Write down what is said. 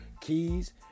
KEYS